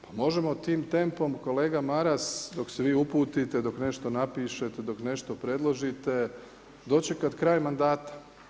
Pa možemo tim tempom kolega Maras dok se vi uputite, dok nešto napišete, dok nešto predložite dočekat kraj mandata.